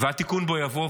התיקון בוא יבוא,